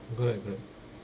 correct correct